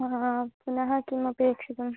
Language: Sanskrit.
आ पुनः किमपेक्षितम्